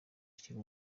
akiri